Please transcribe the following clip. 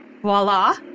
voila